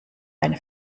eine